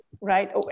right